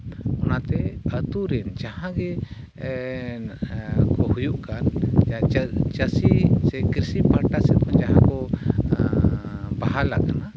ᱚᱱᱟᱛᱮ ᱟᱹᱛᱩᱨᱤᱱ ᱡᱟᱦᱟᱸ ᱜᱮ ᱦᱩᱭᱩᱜ ᱠᱟᱱ ᱪᱟᱹᱥᱤ ᱥᱮ ᱠᱨᱤᱥᱤ ᱯᱟᱦᱚᱴᱟ ᱥᱮᱫ ᱠᱷᱚᱱ ᱡᱟᱦᱟᱸ ᱠᱚ ᱵᱟᱦᱟᱞᱟᱠᱟᱱᱟ